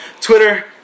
Twitter